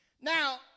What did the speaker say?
Now